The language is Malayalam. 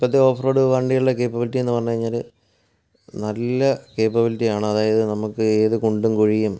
ഇപ്പോഴത്തെ ഓഫ്റോഡ് വണ്ടികളുടെ കേപ്പബിലിറ്റി എന്ന് പറഞ്ഞു കഴിഞ്ഞാൽ നല്ല കേപ്പബിലിറ്റി ആണ് അതായത് നമുക്ക് ഏത് കുണ്ടും കുഴിയും